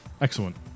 excellent